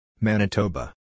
Manitoba